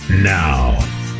now